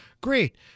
Great